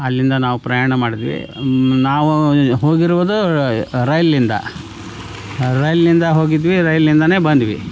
ಅಲ್ಲಿಂದ ನಾವು ಪ್ರಯಾಣ ಮಾಡಿದ್ವಿ ನಾವು ಹೋಗಿರುವುದು ರೈಲಿನಿಂದ ರೈಲಿನಿಂದ ಹೋಗಿದ್ವಿ ರೈಲಿನಿಂದನೆ ಬಂದ್ವಿ